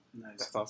Nice